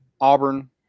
Auburn